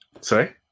Sorry